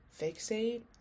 fixate